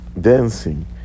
dancing